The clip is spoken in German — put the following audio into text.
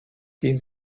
gehen